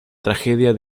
tragedia